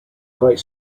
quite